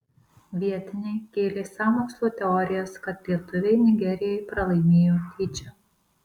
vietiniai kėlė sąmokslo teorijas kad lietuviai nigerijai pralaimėjo tyčia